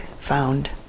found